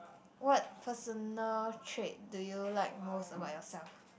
what personal trait do you like most about yourself